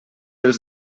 els